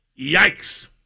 Yikes